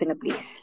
please